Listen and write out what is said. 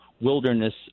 Wilderness